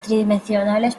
tridimensionales